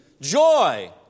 joy